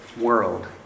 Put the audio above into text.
world